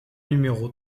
numéro